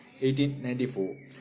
1894